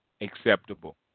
Acceptable